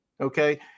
okay